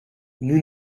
nous